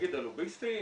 נגד הלוביסטים